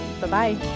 Bye-bye